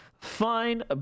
fine